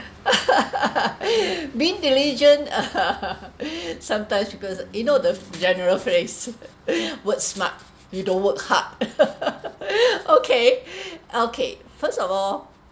being diligent sometimes because you know the general phrase work smart you don't work hard okay okay first of all